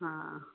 हा